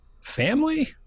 family